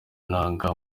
inanga